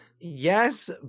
yes